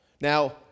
Now